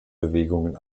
bewegungen